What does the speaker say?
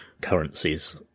currencies